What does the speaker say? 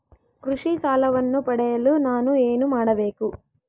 ಕೃಷಿ ಸಾಲವನ್ನು ಪಡೆಯಲು ನಾನು ಏನು ಮಾಡಬೇಕು?